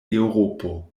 eŭropo